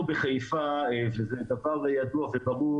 לנו בחיפה - וזה דבר ידוע וברור